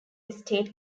estate